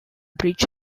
bridge